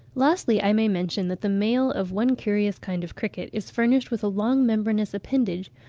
lastly, i may mention that the male of one curious kind of cricket is furnished with a long membranous appendage,